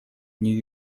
нью